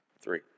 Three